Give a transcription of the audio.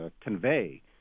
convey